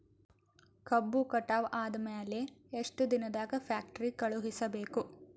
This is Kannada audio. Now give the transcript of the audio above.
ಕಬ್ಬು ಕಟಾವ ಆದ ಮ್ಯಾಲೆ ಎಷ್ಟು ದಿನದಾಗ ಫ್ಯಾಕ್ಟರಿ ಕಳುಹಿಸಬೇಕು?